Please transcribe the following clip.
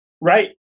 Right